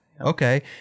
okay